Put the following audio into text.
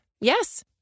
Yes